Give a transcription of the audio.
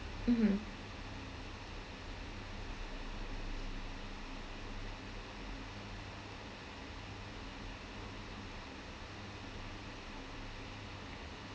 mmhmm